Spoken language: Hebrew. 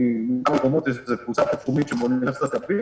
עם קבוצה מאוניברסיטת תל-אביב